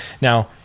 now